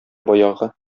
баягы